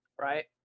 right